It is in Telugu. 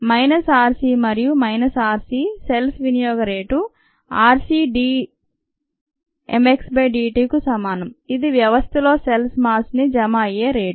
మైనస్ r c మరియు మైనస్ r c సెల్స్ వినియోగ రేటు r c d dt కు సమానం ఇది వ్యవస్థలో సెల్స్ మాస్ ని జమ అయ్యే రేటు